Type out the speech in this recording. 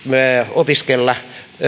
opiskella